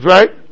Right